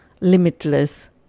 limitless